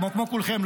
כמו כולכם,